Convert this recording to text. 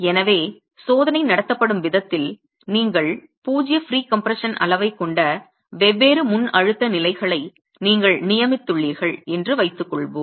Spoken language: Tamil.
எனவே சோதனை நடத்தப்படும் விதத்தில் நீங்கள் பூஜ்ஜிய ப்ரீகம்ப்ரஷன் அளவைக் கொண்ட வெவ்வேறு முன்அழுத்த நிலைகளை நீங்கள் நியமித்துள்ளீர்கள் என்று வைத்துக்கொள்வோம்